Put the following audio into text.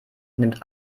nimmt